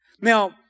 Now